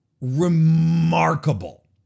remarkable